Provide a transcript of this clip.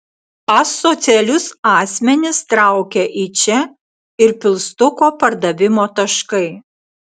asocialius asmenis traukia į čia ir pilstuko pardavimo taškai